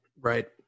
Right